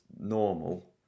normal